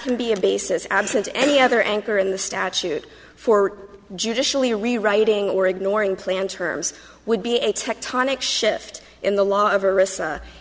can be a basis absent any other anchor in the statute for judicially rewriting or ignoring plan terms would be a tectonic shift in the law over risk